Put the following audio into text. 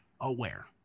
aware